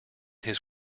his